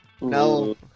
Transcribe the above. No